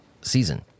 season